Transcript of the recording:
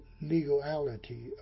legality